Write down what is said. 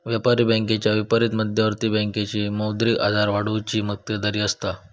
व्यापारी बँकेच्या विपरीत मध्यवर्ती बँकेची मौद्रिक आधार वाढवुची मक्तेदारी असता